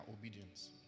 obedience